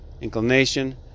inclination